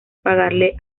pagarle